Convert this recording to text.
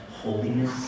holiness